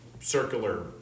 circular